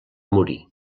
morir